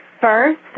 First